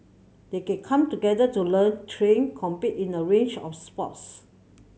they can come together to learn train compete in a range of sports